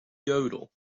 yodel